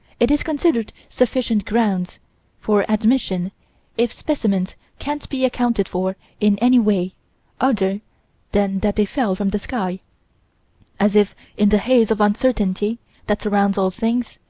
it is considered sufficient grounds for admission if specimens can't be accounted for in any way other than that they fell from the sky as if in the haze of uncertainty that surrounds all things,